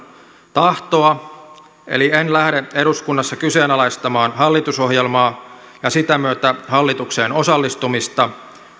tahtoa eli en lähde eduskunnassa kyseenalaistamaan hallitusohjelmaa ja sitä myötä hallitukseen osallistumista